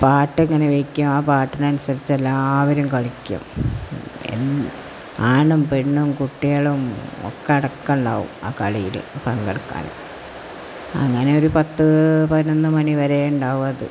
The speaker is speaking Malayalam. പാട്ടങ്ങനെ വെയ്ക്കും ആ പാട്ടിനനുസരിച്ച് എല്ലാവരും കളിക്കും ആണും പെണ്ണും കുട്ടികളും ഒക്കെയടക്കം ഉണ്ടാവും ആ കളിയില് പങ്കെടുക്കാന് അങ്ങനെയൊരു പത്ത് പതിനൊന്ന് മണി വരെയുണ്ടാവും അത്